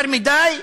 יותר מדי?